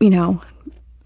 you know